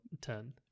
ten